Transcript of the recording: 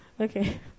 okay